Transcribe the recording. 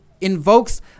invokes